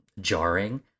jarring